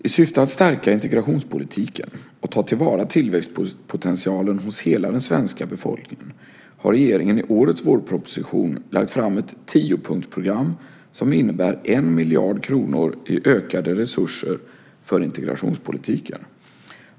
I syfte att stärka integrationspolitiken och ta till vara tillväxtpotentialen hos hela den svenska befolkningen har regeringen i årets vårproposition lagt fram ett tiopunktsprogram som innebär 1 miljard kronor i ökade resurser för integrationspolitiken.